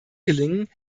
gelingen